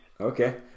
Okay